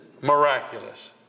miraculous